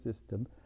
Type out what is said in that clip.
system